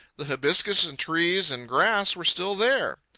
the hibiscus and trees and grass were still there.